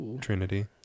Trinity